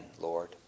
Lord